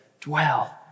dwell